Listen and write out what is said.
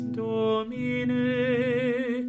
domine